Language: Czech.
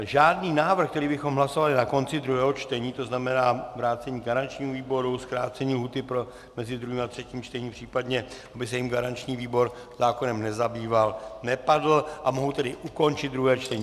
Žádný návrh, který bychom hlasovali na konci druhého čtení, tzn. vrácení garančnímu výboru, zkrácení lhůty mezi druhým a třetím čtením, případně aby se garanční výbor zákonem nezabýval, nepadl, a mohu tedy ukončit druhé čtení.